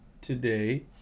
today